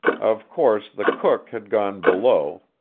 of course the cook had gone below,